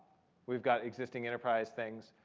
we've got existing enterprise things.